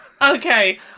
Okay